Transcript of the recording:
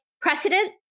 Precedent